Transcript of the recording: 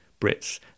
brits